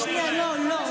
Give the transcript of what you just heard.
שימותו נשים, לא נורא.